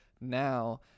Now